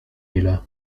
ile